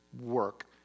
work